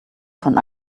von